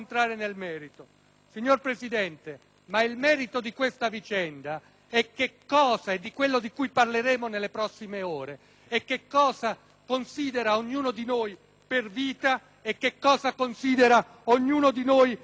nel merito, ma il merito di questa vicenda e di quello di cui parleremo nelle prossime ore, signor Presidente, è che cosa considera ognuno di noi per vita e che cosa considera ognuno di noi per libertà.